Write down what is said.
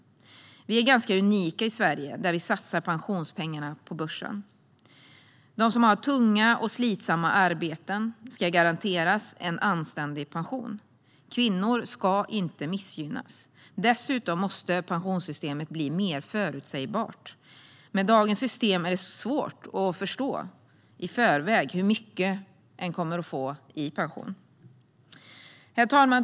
Vi är ganska unika i Sverige, där vi satsar pensionspengarna på börsen. De som har tunga och slitsamma arbeten ska garanteras en anständig pension. Kvinnor ska inte missgynnas. Dessutom måste pensionssystemet bli mer förutsägbart; med dagens system är det svårt att förstå i förväg hur mycket man kommer att få i pension. Herr talman!